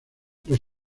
los